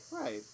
Right